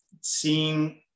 seeing